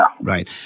right